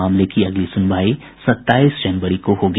मामले की अगली सुनवाई सताईस जनवरी को होगी